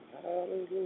Hallelujah